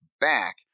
back